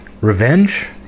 Revenge